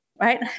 right